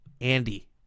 Andy